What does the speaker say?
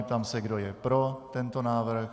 Ptám se, kdo je pro tento návrh?